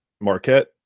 Marquette